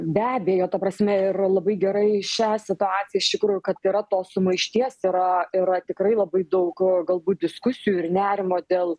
be abejo ta prasme yra labai gerai šią situaciją iš tikrųjų kad yra tos sumaišties yra yra tikrai labai daug galbūt diskusijų ir nerimo dėl